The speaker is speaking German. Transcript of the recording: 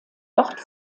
dort